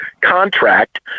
contract